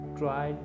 try